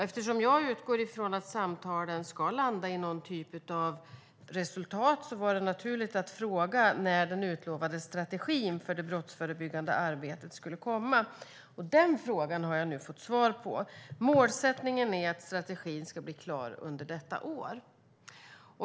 Eftersom jag utgår ifrån att samtalen ska landa i någon typ av resultat var det naturligt att fråga när den utlovade strategin för det brottsförebyggande arbetet skulle komma, och den frågan har jag nu fått svar på: Målsättningen är att strategin ska bli klar under detta år.